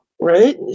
Right